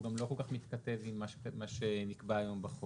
הוא גם לא כל כך מתכתב עם מה שנקבע היום בחוק.